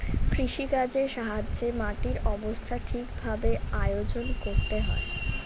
কৃষিকাজের জন্যে মাটির অবস্থা ঠিক ভাবে আয়োজন করতে হয়